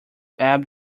ebb